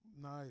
Nice